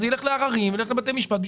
אז אלך לעררים ואלך לבתי משפט.